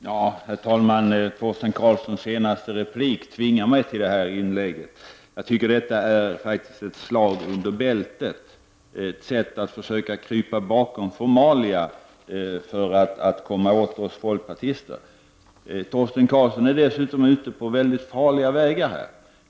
Herr talman! Torsten Karlssons senaste replik tvingar mig till detta inlägg. Hans replik var ett slag under bältet, ett försök att krypa bakom formalia för att komma åt oss folkpartister. Torsten Karlsson är dessutom ute på mycket farliga vägar.